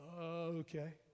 okay